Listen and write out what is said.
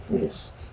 Yes